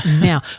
now